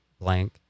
blank